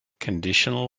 conditional